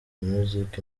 music